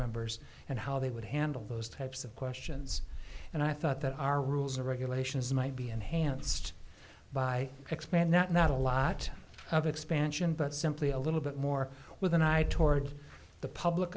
members and how they would handle those types of questions and i thought that our rules and regulations might be enhanced by expand that not a lot of expansion but simply a little bit more with an eye toward the public